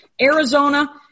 Arizona